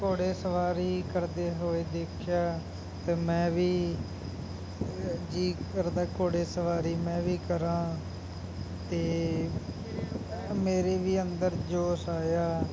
ਘੋੜ ਸਵਾਰੀ ਕਰਦੇ ਹੋਏ ਦੇਖਿਆ ਤਾਂ ਮੈਂ ਵੀ ਜੀਅ ਕਰਦਾ ਘੋੜ ਸਵਾਰੀ ਮੈਂ ਵੀ ਕਰਾਂ ਅਤੇ ਮੇਰੇ ਵੀ ਅੰਦਰ ਜੋਸ਼ ਆਇਆ